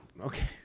okay